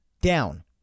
down